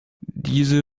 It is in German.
diese